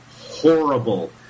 horrible